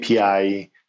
API